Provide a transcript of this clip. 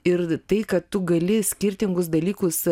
ir tai kad tu gali skirtingus dalykus